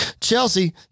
Chelsea